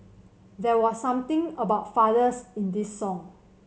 there was something about fathers in this song